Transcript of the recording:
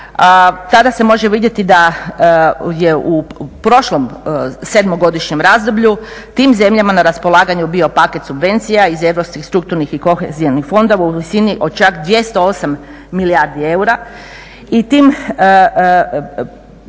tada se može vidjeti da je u prošlom sedmogodišnjem razdoblju tim zemljama na raspolaganju bio paket subvencija iz Europskih, Strukturnih i Kohezionih fondova u visini od čak 208 milijardi eura. I tim,